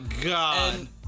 God